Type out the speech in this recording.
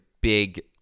big